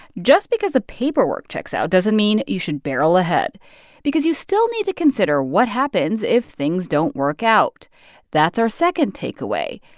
just because the paperwork checks out doesn't mean you should barrel ahead because you still need to consider what happens if things don't work out that's our second takeaway.